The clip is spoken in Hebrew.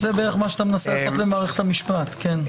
זה בערך מה שאתה מנסה לעשות למערכת המשפט, כן?